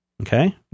Okay